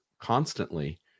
constantly